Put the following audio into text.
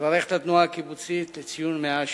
לברך את התנועה הקיבוצית לציון 100 השנים.